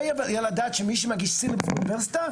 לא יעלה על הדעת שמי שמגיש סילבוס באוניברסיטה,